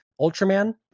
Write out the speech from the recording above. Ultraman